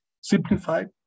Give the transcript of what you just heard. Simplified